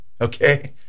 Okay